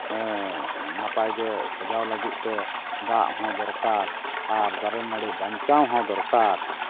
ᱱᱟᱯᱟᱭ ᱜᱮ ᱥᱟᱡᱟᱣ ᱞᱟᱹᱜᱤᱫᱛᱮ ᱫᱟᱜ ᱦᱚᱸ ᱫᱚᱨᱠᱟᱨ ᱟᱨ ᱫᱟᱨᱮᱼᱱᱟᱹᱲᱤ ᱵᱟᱧᱪᱟᱣ ᱦᱚᱸ ᱫᱚᱨᱠᱟᱨ